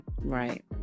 Right